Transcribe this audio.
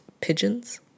pigeons